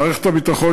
מערכת הביטחון,